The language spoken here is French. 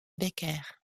becker